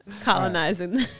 Colonizing